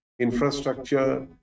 infrastructure